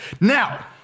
Now